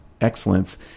Excellence